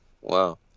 Wow